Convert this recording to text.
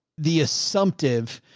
the assumptive,